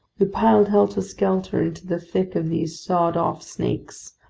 we piled helter-skelter into the thick of these sawed-off snakes,